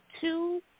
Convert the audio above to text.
two